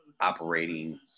operating